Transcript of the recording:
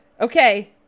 Okay